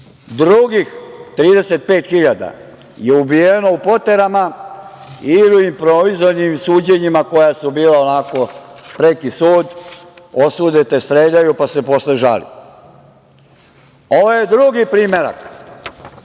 drugih 35.000 je ubijeno u poterama ili u improvizovanim suđenjima, koja su bila onako preki sud, osude te, streljaju pa se posle žali. Ovo je drugi primerak,